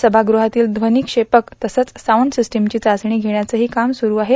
समागृहातील च्वनिक्षेपक तसंच साऊंड सिस्टीमची चाचणी घेण्याचं ही काम सुरू आहे